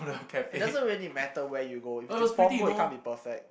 it doesn't really matter where you go if it's in Punggol it can't be perfect